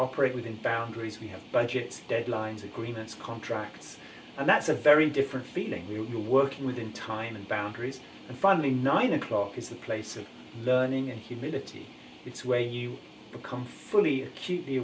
operate within boundaries we have budgets deadlines agreements contracts and that's a very different feeling you're working with in time and boundaries and finally nine o'clock is the place of learning and humility it's where you become fully c